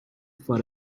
for